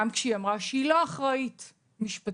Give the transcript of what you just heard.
גם כשהיא אמרה שהיא לא אחראית משפטית,